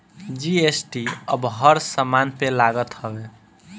GST अब हर समान पे लागत हवे